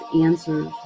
answers